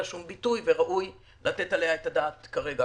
שום ביטוי וראוי לתת עליה את הדעת כאן כרגע.